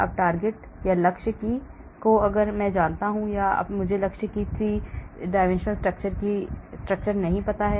अब लक्ष्य की को जानता हूं या मुझे लक्ष्य की 3 डी संरचना नहीं पता है